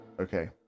okay